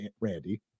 Randy